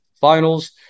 finals